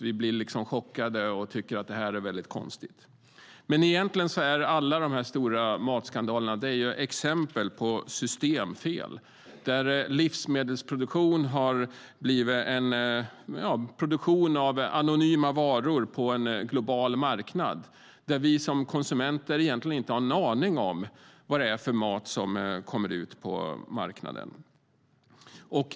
Vi blir liksom chockade och tycker att det är konstigt. Men egentligen är alla de här stora matskandalerna exempel på systemfel, där livsmedelsproduktion har blivit en produktion av anonyma varor på en global marknad, där vi som konsumenter egentligen inte har en aning om vilken mat som kommer ut på marknaden.